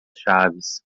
chaves